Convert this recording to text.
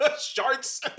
sharks